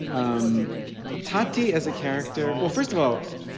um tarty as a character. well, first of all,